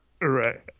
Right